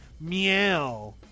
Meow